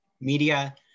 media